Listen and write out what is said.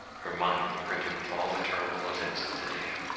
her mind imprinted with all the terrible events of the day,